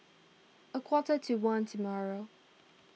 a quarter to one tomorrow